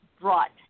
brought